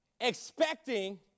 expecting